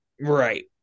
Right